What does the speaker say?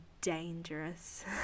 dangerous